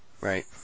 Right